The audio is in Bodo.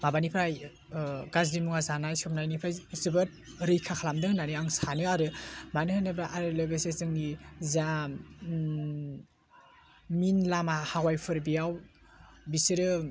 माबानिफ्राय गाज्रि मुवा जानाय सोबनायनिफ्राय जोबोद रैखा खालामदों होन्नानै आं सानो आरो मानो होनोब्ला आरो लोगोसे जोंनि जा मेइन लामा हाइवेफोर बेयाव बिसोरो